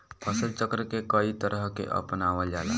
फसल चक्र के कयी तरह के अपनावल जाला?